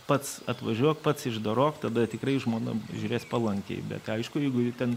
pats atvažiuok pats išdorok tada tikrai žmona žiūrės palankiai bet aišku jeigu ten